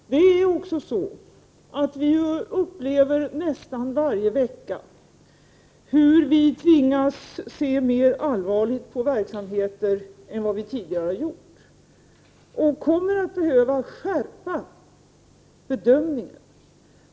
Vi tvingas också nästan för varje vecka se mer allvarligt på verksamheter än vad vi tidigare har gjort, och vi kommer även att behöva skärpa våra bedömningar.